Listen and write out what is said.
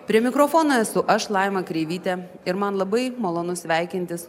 prie mikrofono esu aš laima kreivytė ir man labai malonu sveikintis